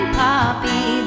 poppy